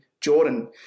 Jordan